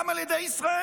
גם על ידי ישראל,